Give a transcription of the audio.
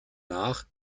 nach